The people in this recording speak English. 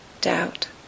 doubt